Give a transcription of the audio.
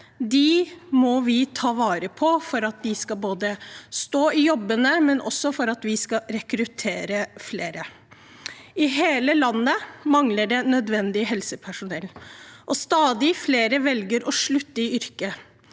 må vi ta vare på, både for at de skal stå i jobbene og for at vi skal kunne rekruttere flere. I hele landet mangler det nødvendig helsepersonell. Stadig flere velger å slutte i yrket,